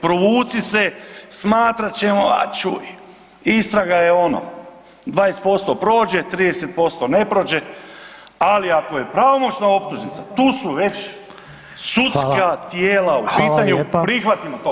Provuci se, smatrat ćemo, a čuj, istraga je, ono, 20% prođe, 30% ne prođe, ali ako je pravomoćna optužnica, tu su već sudska tijela u pitanju, prihvatimo to.